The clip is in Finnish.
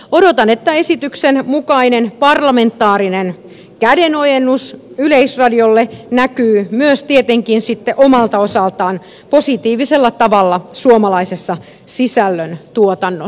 odotan että esityksen mukainen parlamentaarinen kädenojennus yleisradiolle näkyy tietenkin omalta osaltaan positiivisella tavalla myös suomalaisessa sisällöntuotannossa